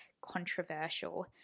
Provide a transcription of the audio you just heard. controversial